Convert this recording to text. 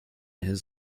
his